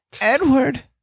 Edward